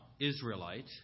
Israelite